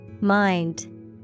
Mind